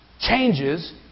changes